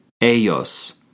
ellos